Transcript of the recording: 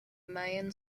mayan